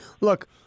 look